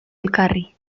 elkarri